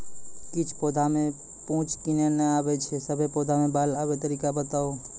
किछ पौधा मे मूँछ किये नै आबै छै, सभे पौधा मे बाल आबे तरीका बताऊ?